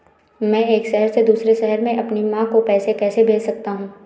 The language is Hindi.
मैं एक शहर से दूसरे शहर में अपनी माँ को पैसे कैसे भेज सकता हूँ?